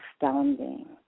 astounding